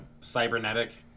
cybernetic